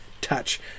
touch